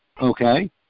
okay